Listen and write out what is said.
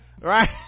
Right